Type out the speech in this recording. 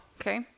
okay